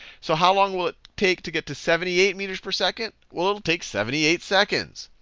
so how long will it take to get to seventy eight meters per second? well, it will take seventy eight seconds,